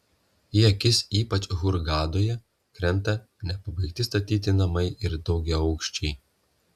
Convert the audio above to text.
į akis ypač hurgadoje krenta nepabaigti statyti namai ir daugiaaukščiai